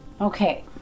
okay